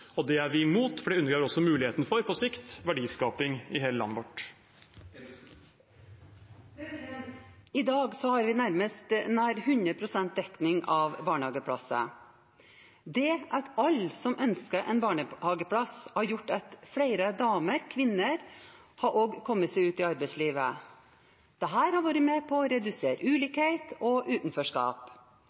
Det er vi imot fordi det på sikt undergraver muligheten til verdiskaping i hele landet vårt. I dag har vi nær 100 pst. dekning av barnehageplasser. Det er til alle som ønsker en barnehageplass, og har gjort at flere kvinner har kommet seg ut i arbeidslivet. Dette har vært med på å redusere ulikhet og utenforskap.